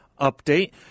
update